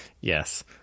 yes